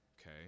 okay